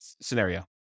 scenario